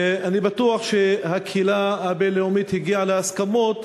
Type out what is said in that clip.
ואני בטוח שהקהילה הבין-לאומית הגיעה להסכמות